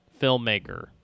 filmmaker